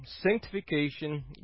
sanctification